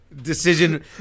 Decision